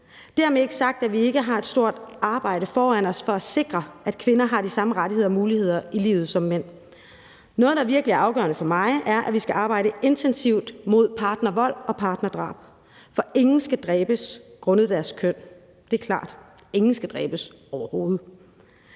er det ikke sagt, at vi ikke har et stort arbejde foran os for at sikre, at kvinder har de samme rettigheder og muligheder i livet som mænd. Noget, der virkelig er afgørende for mig, er, at vi skal arbejde intensivt mod partnervold og partnerdrab, for ingen skal dræbes grundet deres køn. Det er klart. Ingen skal dræbes, overhovedet.